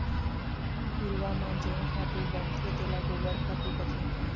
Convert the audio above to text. घुरूवा म जेन खातू बनथे तेला गोबर खातू कथें